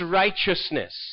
righteousness